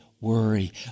worry